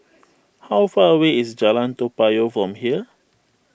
how far away is Jalan Toa Payoh from here